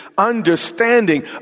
understanding